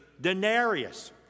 denarius